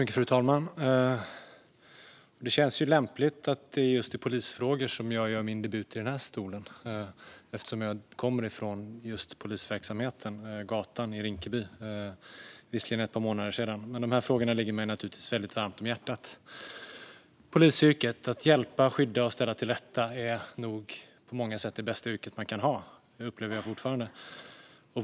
Fru talman! Det känns lämpligt att det är just i polisfrågor jag gör min debut i den här talarstolen. Jag kommer från polisverksamheten, från gatan i Rinkeby. Det var visserligen ett par månader sedan, men de här frågorna ligger mig naturligtvis väldigt varmt om hjärtat. Polisyrket, att hjälpa, skydda och ställa till rätta, är på många sätt det bästa yrke man kan ha. Det upplever jag fortfarande.